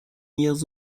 years